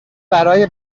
برای